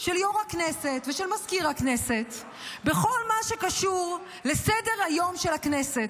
של יו"ר הכנסת ושל מזכיר הכנסת בכל מה שקשור לסדר-היום של הכנסת.